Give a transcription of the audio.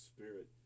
Spirit